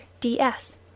DS